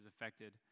affected